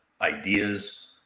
ideas